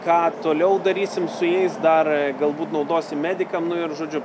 ką toliau darysim su jais dar galbūt naudosim medikam nu ir žodžiu